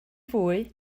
fwy